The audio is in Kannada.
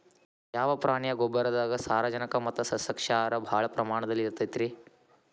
ಯಾವ ಪ್ರಾಣಿಯ ಗೊಬ್ಬರದಾಗ ಸಾರಜನಕ ಮತ್ತ ಸಸ್ಯಕ್ಷಾರ ಭಾಳ ಪ್ರಮಾಣದಲ್ಲಿ ಇರುತೈತರೇ?